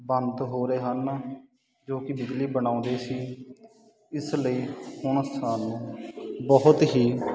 ਬੰਦ ਹੋ ਰਹੇ ਹਨ ਜੋ ਕਿ ਬਿਜਲੀ ਬਣਾਉਂਦੇ ਸੀ ਇਸ ਲਈ ਹੁਣ ਸਾਨੂੰ ਬਹੁਤ ਹੀ